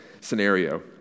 scenario